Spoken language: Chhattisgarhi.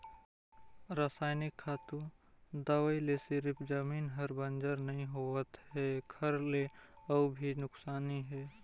रसइनिक खातू, दवई ले सिरिफ जमीन हर बंजर नइ होवत है एखर ले अउ भी नुकसानी हे